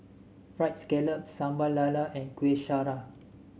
fried scallop Sambal Lala and Kuih Syara